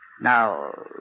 Now